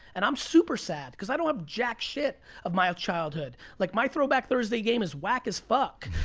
and i'm super sad, cause i don't have jack shit of my ah childhood. like my throwback thursday game is wack as fuck,